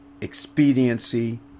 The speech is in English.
expediency